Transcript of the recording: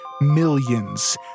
millions